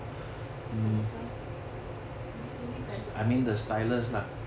pencil you need you need pencil